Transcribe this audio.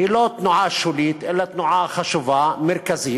היא לא תנועה שולית, אלא תנועה חשובה, מרכזית,